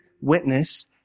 witness